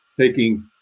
taking